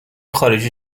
خارجی